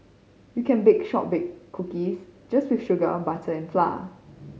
you can bake shortbread cookies just with sugar on butter and flour